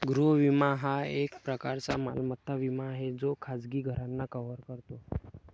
गृह विमा हा एक प्रकारचा मालमत्ता विमा आहे जो खाजगी घरांना कव्हर करतो